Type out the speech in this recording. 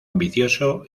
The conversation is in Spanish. ambicioso